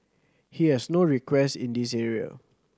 he has no request in this area